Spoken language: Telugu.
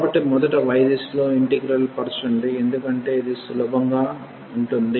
కాబట్టి మొదట y దిశలో ఇంటిగ్రల్పరచండి ఎందుకంటే అది సులభంగా ఉంటుంది